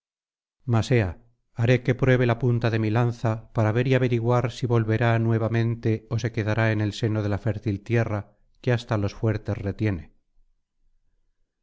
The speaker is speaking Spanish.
ea haré que pruebe la punta de mi lanza para ver y averiguar si volverá nuevamente ó se quedará en el seno de la fértil tierra que hasta á los fuertes retiene